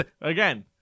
again